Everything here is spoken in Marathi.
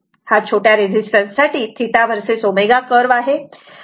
हा छोट्या रेजिस्टन्ससाठी θ वर्सेस ω कर्व आहे